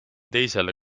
teisele